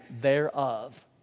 thereof